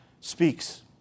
speaks